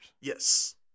Yes